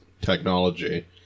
technology